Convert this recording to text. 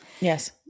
Yes